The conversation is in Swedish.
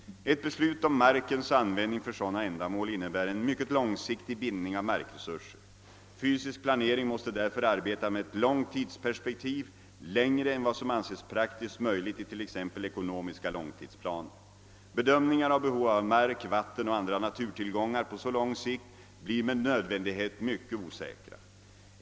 Ett beslut om markens användning för sådana ändamål innebär en mycket långsiktig bindning av markresurser. Fysisk planering måste därför arbeta med ett långt tidsperspektiv, längre än vad som anses praktiskt möjligt i till exempel ekonomiska långtidsplaner. Bedömningen av behov av mark, vatten och andra naturtillgångar på så lång sikt blir med nödvändighet mycket osäkra.